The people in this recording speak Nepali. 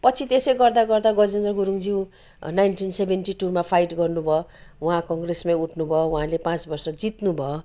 पछि त्यसो गर्दा गर्दा गजेन्द्र गुरुङज्यू नाइन्टिन सेभेन्टी टुमा फाइट गर्नुभयो उहाँ कङ्ग्रेसमा उठ्नुभयो उहाँले पाँच वर्ष जित्नुभयो